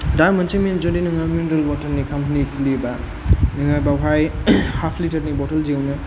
दा मोनसे मिन जुदि नोङो मिनलेर वाटार नि खम्पानि नि खुलियोबा नोङो बावहाय हाफ लिटार नि बथल दिहुनो